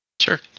Sure